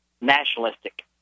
nationalistic